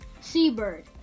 seabird